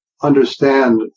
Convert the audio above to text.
understand